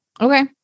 okay